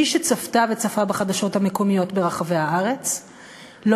מי שצפתה וצפה בחדשות המקומיות ברחבי הארץ לא